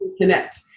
connect